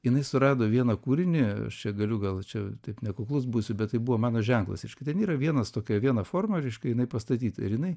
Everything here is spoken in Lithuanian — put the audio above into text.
jinai surado vieną kūrinį aš čia galiu gal čia taip nekuklus būsiu bet tai buvo mano ženklas reiškia ten yra vienas tokia viena forma reiškia jinai pastatyta ir jinai